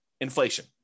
Inflation